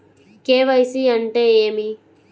KYC అంటే ఏమి?